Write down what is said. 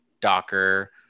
Docker